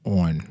on